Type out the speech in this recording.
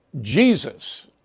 Jesus